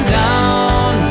down